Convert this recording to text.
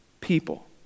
people